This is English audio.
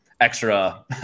extra